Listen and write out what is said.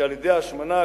שעל-ידי השמנה,